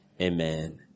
Amen